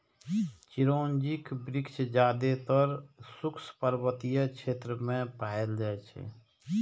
चिरौंजीक वृक्ष जादेतर शुष्क पर्वतीय प्रदेश मे पाएल जाइ छै